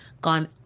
gone